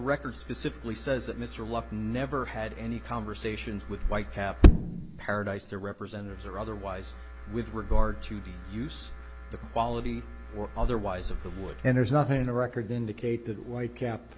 record specifically says that mr lupton never had any conversations with white cap paradice their representatives or otherwise with regard to the use the quality or otherwise of the work and there's nothing in the record indicate that white cap